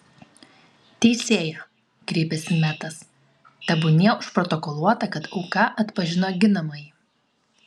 teisėja kreipėsi metas tebūnie užprotokoluota kad auka atpažino ginamąjį